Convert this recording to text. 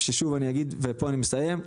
ששוב אני אגיד ופה אני מסיים,